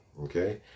okay